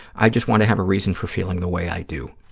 i just want to have a reason for feeling the way i do.